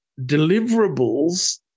deliverables